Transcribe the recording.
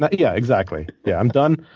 but yeah exactly. yeah i'm done.